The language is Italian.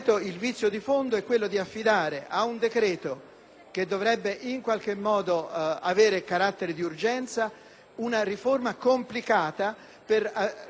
che dovrebbe avere carattere di urgenza, una riforma complicata per costituire l'ennesimo algoritmo di